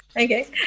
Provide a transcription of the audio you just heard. Okay